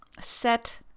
set